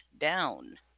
down